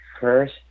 first